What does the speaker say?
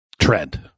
trend